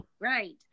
Right